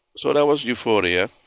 so there was euphoria,